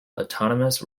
autonomous